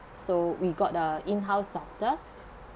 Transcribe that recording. so we got the in house doctor